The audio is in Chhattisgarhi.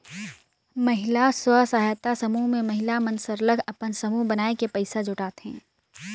महिला स्व सहायता समूह में महिला मन सरलग अपन समूह बनाए के पइसा जुटाथें